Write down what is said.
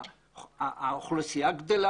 האוכלוסייה גדלה